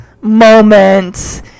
moment